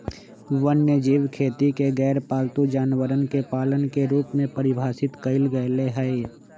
वन्यजीव खेती के गैरपालतू जानवरवन के पालन के रूप में परिभाषित कइल गैले है